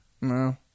No